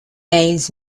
aids